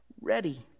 ready